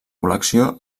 col·lecció